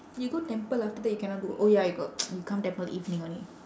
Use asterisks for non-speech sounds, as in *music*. you go temple after that you cannot go oh ya you got *noise* you come temple evening only